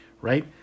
right